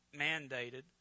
mandated